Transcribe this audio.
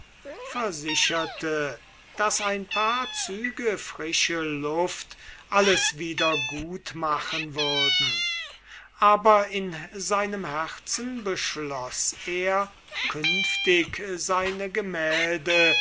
dafür daß ein paar züge frische luft alles wieder gut machen würden aber in seinem herzen beschloß er künftig seine gemälde